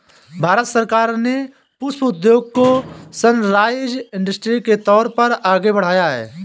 भारत सरकार ने पुष्प उद्योग को सनराइज इंडस्ट्री के तौर पर आगे बढ़ाया है